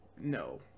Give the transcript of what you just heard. no